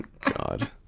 God